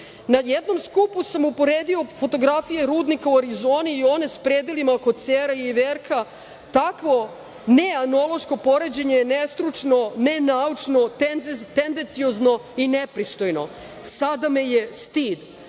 Na jednom skupu sam uporedio fotografije rudnika u Arizoni i one s predelima oko Cera i Iverka, takvo neanološko poređenje je nestručno, nenaučno, tendenciozno i nepristojno. Sada me je stid.